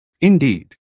Indeed